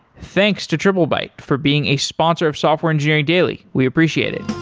thanks to triplebyte for being a sponsor of software engineering daily. we appreciate it.